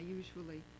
usually